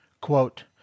Quote